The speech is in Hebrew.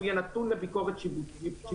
הוא יהיה נתון לביקורת שיפוטית.